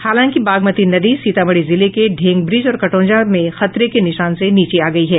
हालांकि बागमती नदी सीतामढ़ी जिले के ढेंगब्रिज और कटौझा में खतरे के निशान से नीचे आ गयी है